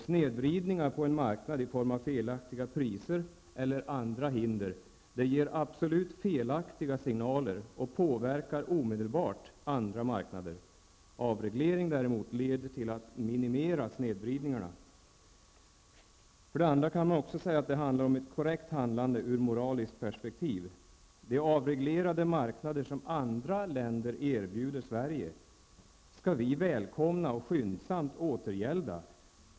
Snedvridningar på en marknad, i form av felaktiga priser eller andra hinder, ger absolut felaktiga signaler och påverkar omedelbart andra marknader. Avreglering däremot leder till att snedvridningarna minimeras. Man kan också säga att det handlar om ett korrekt handlande ur moraliskt perspektiv. De avreglerade marknader som andra länder erbjuder Sverige skall vi välkomna och skyndsamt återgälda.